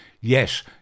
yes